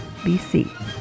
BC